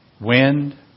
wind